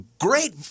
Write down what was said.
Great